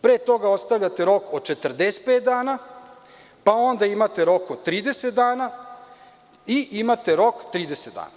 Pre toga ostavljate rok od 45 dana, pa onda imate rok od 30 dana i imate rok 30 dana.